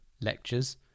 lectures